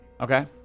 Okay